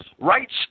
Rights